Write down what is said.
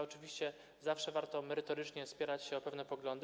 Oczywiście zawsze warto merytorycznie spierać się o pewne poglądy.